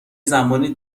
زمانی